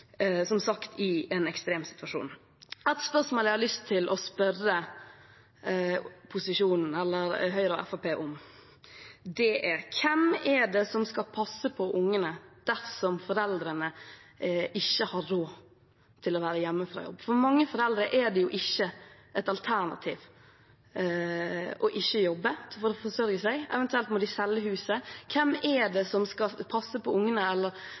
som sagt i en ekstrem situasjon. Et spørsmål jeg har lyst til å stille posisjonen, eller Høyre og Fremskrittspartiet, er: Hvem er det som skal passe på ungene dersom foreldrene ikke har råd til å være hjemme fra jobb? For mange foreldre er det jo ikke et alternativ å ikke jobbe – eventuelt må de selge huset for å forsørge seg. Hvem er det som skal passe på ungene,